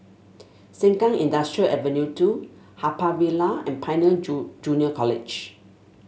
Sengkang Industrial Ave two Haw Par Villa and Pioneer Junior College